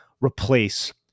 replace